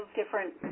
different